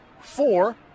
four